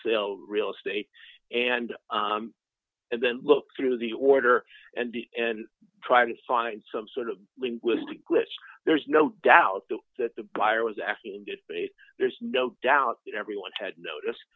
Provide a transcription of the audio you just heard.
a real estate and then look through the order and the and try to find some sort of linguistic glitch there's no doubt that the buyer was asking there's no doubt everyone had notice